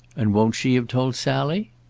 and won't she have told sally?